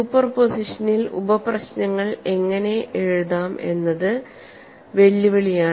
സൂപ്പർപോസിഷനിൽ ഉപപ്രശ്നങ്ങൾ എങ്ങനെ എഴുതാം എന്നത് വെല്ലുവിളിയാണ്